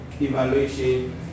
evaluation